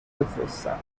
بفرستم